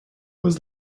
was